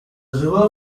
river